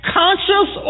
conscious